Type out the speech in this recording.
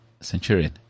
Centurion